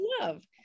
love